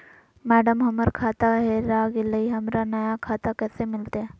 madam, हमर खाता हेरा गेलई, हमरा नया खाता कैसे मिलते